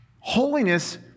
Holiness